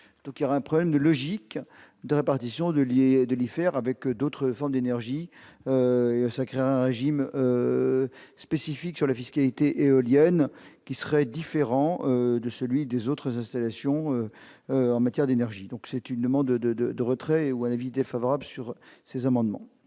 donc il y aura un problème de logique de répartition de lier, de les faire avec d'autres formes d'énergie, ça crée un régime spécifique sur la vie, ce qui a été éoliennes qui serait différent de celui des autres installations en matière d'énergie, donc c'est une demande de de de retrait ou un avis défavorable sur ces amendements.